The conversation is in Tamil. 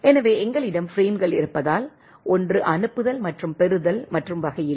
எனவே எங்களிடம் பிரேம்கள் இருப்பதால் 1 அனுப்புதல் மற்றும் பெறுதல் மற்றும் வகை இல்லை